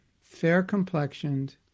fair-complexioned